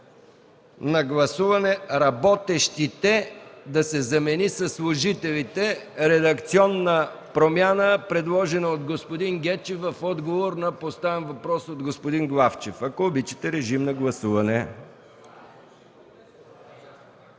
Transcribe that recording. на гласуване „работещите” да се замени със „служителите” – редакционна промяна, предложена от господин Гечев в отговор на поставен въпрос от господин Главчев. Гласували